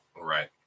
right